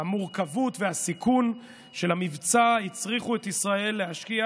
המורכבות והסיכון של המבצע הצריכו את ישראל להשקיע